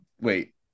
Wait